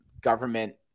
government